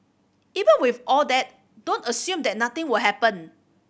even with all that don't assume that nothing will happen